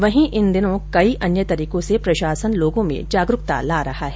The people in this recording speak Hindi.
वहीं इन दिनों कई अन्य तरीकों से प्रशासन लोगों में जागरुकता ला रहा है